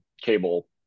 cable